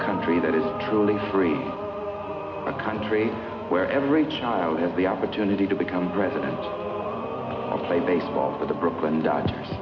country that is truly free a country where every child has the opportunity to become president of a play baseball for the brooklyn dodgers